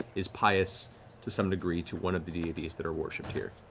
is pious to some degree to one of the deities that are worshipped here.